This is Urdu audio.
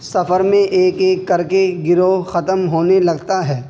سفر میں ایک ایک کر کے گروہ ختم ہونے لگتا ہے